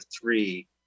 Three